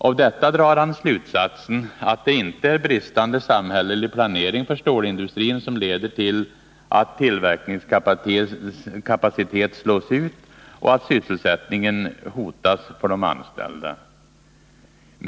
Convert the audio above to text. Av detta drar han slutsatsen att det inte är bristande samhällelig planering för stålindustrin som leder till att tillverkningskapacitet slås ut och att sysselsättningen hotas för de anställda.